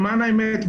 למען האמת,